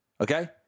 okay